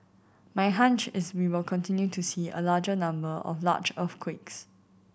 my hunch is we will continue to see a larger number of large earthquakes